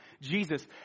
Jesus